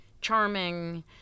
charming